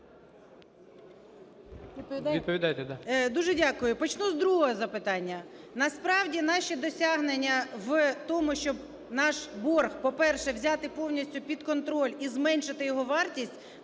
Дуже дякую. Почну з другого запитання. Насправді, наші досягнення в тому, щоб наш борг, по-перше, взяти повністю під контроль і зменшити його вартість,